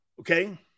Okay